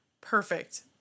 perfect